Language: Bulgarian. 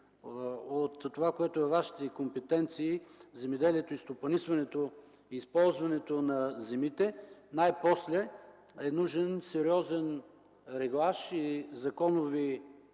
от това, което е във Вашите компетенции – земеделието и стопанисването, използването на земите, най-после е нужен сериозен реглаж, законови